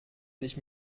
sich